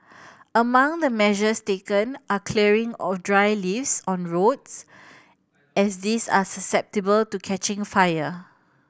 among the measures taken are clearing of dry leaves on roads as these are susceptible to catching fire